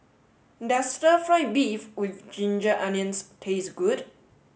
does stir fry beef with ginger onions taste good